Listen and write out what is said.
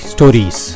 Stories